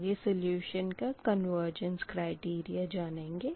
आगे सोल्यूशन का convergence criteria जानेंगे